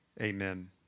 amen